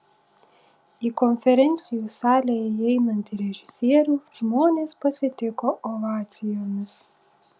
į konferencijų salę įeinantį režisierių žmonės pasitiko ovacijomis